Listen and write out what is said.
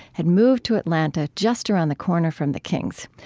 had moved to atlanta just around the corner from the kings.